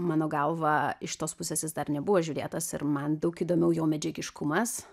mano galvą iš tos pusės jis dar nebuvo žiūrėtas ir man daug įdomiau jo medžiagiškumas